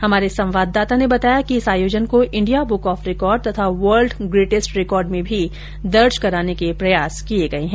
हमारे संवाददाता ने बताया कि इस आयोजन को इंडिया बुंक ऑफ रिकॉर्ड तथा वर्ल्ड ग्रेटेस्ट रिकॉर्ड में भी दर्ज कराने के प्रयास किये गये है